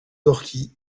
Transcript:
gorki